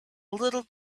little